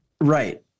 Right